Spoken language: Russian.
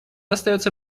остается